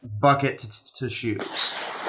bucket-to-shoes